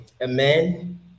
Amen